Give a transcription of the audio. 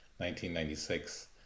1996